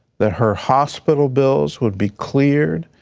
that her hospital bills would be cleared,